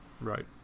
right